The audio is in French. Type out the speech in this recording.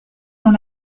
dont